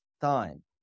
time